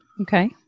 Okay